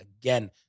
again